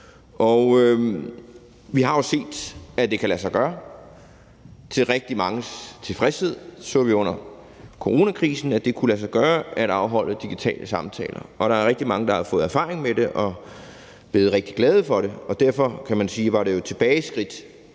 Vi har jo set, at det kan lade sig gøre til rigtig manges tilfredshed. Det så vi jo under coronakrisen, hvor det kunne lade sig gøre at afholde digitale samtaler. Og der er rigtig mange, der har fået erfaring med det og er blevet rigtig glade for det. Derfor – kan man sige – var det jo et tilbageskridt,